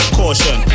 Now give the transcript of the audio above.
caution